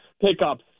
pickups